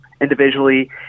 individually